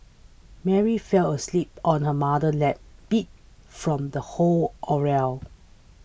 Mary fell asleep on her mother's lap beat from the whole ordeal